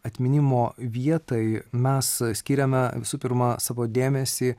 atminimo vietai mes skiriame visų pirma savo dėmesį